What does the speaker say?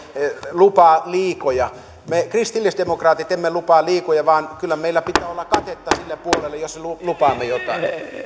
lupaa liikoja me kristillisdemokraatit emme lupaa liikoja vaan kyllä meillä pitää olla katetta sille puolelle jos lupaamme jotain